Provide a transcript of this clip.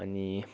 अनि